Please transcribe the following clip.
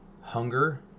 hunger